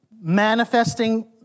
manifesting